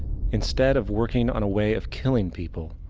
instead of working on a way of killing people,